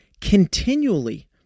continually